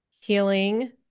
Healing